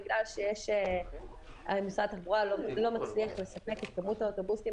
בגלל שמשרד התחבורה לא מצליח לספק את כמות האוטובוסים